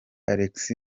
alex